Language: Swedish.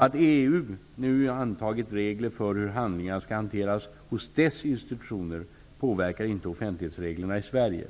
Att EU nu antagit regler för hur handlingar skall hanteras hos dess institutioner påverkar inte offentlighetsreglerna i Sverige.